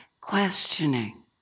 questioning